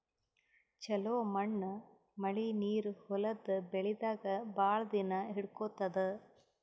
ಛಲೋ ಮಣ್ಣ್ ಮಳಿ ನೀರ್ ಹೊಲದ್ ಬೆಳಿದಾಗ್ ಭಾಳ್ ದಿನಾ ಹಿಡ್ಕೋತದ್